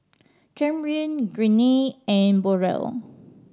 Camryn Greene and Burrell